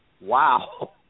wow